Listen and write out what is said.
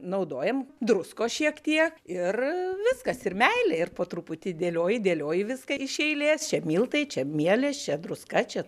naudojam druskos šiek tiek ir viskas ir meilė ir po truputį dėlioji dėlioji viską iš eilės čia miltai čia mielės čia druska čia